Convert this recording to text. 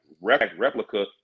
replica